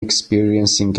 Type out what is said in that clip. experiencing